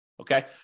Okay